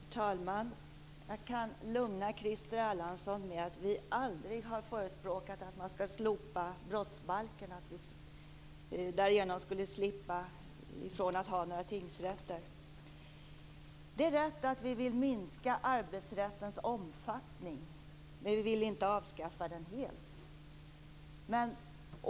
Herr talman! Jag kan lugna Christer Erlandsson med att vi moderater aldrig har förespråkat att man skall slopa brottsbalken och därigenom slippa ifrån tingsrätterna. Det är rätt att vi moderater vill minska arbetsrättens omfattning, men vi vill inte avskaffa den helt.